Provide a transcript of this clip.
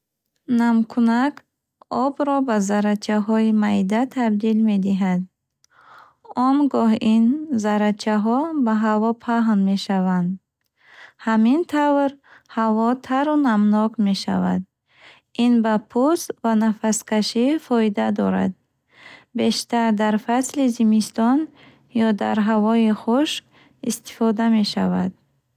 Намкунак обро ба заррачаҳои майда табдил медиҳад. Он гоҳ ин заррачаҳо ба ҳаво паҳн мешаванд. Ҳамин тавр, ҳаво тару намнок мешавад. Ин ба пӯст ва нафаскашӣ фоида дорад. Бештар дар фасли зимистон ё дар ҳавои хушк истифода мешавад.